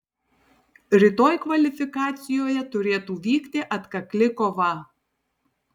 rytoj kvalifikacijoje turėtų vykti atkakli kova